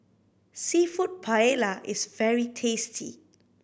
Seafood Paella is very tasty